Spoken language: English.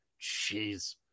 jeez